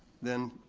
then